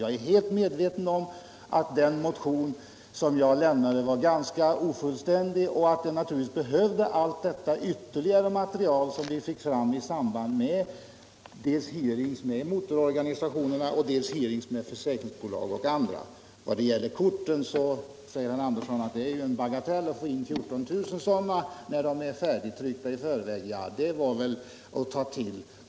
Jag är medveten om att min motion var ganska ofullständig och att vi naturligtvis behövde allt detta ytterligare material som vi fick fram i samband med hearing med motororganisationer, försäkringsbolag och andra. Herr Andersson i Södertälje säger vidare att det är en bagatell att få in 14 000 kort när de är färdigtryckta. Det var väl att ta till!